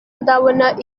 ndabona